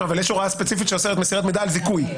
יש הוראה ספציפית שאוסרת מסירת מידע על זיכוי.